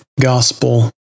gospel